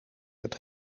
het